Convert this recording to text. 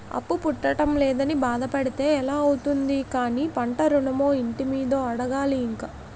అప్పు పుట్టడం లేదని బాధ పడితే ఎలా అవుతుంది కానీ పంట ఋణమో, ఇంటి మీదో అడగాలి ఇంక